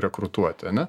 rekrutuoti ane